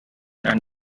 and